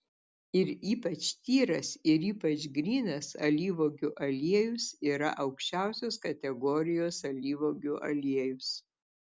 ir ypač tyras ir ypač grynas alyvuogių aliejus yra aukščiausios kategorijos alyvuogių aliejus